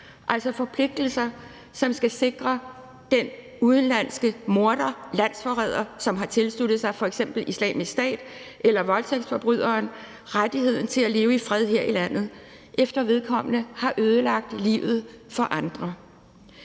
altså forpligtelser, som skal sikre den udenlandske morder, landsforræder, som har tilsluttet sig f.eks. Islamisk Stat, eller voldtægtsforbryderen rettigheden til at leve i fred her i landet, efter at vedkommende har ødelagt livet for andre.